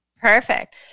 Perfect